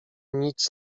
nic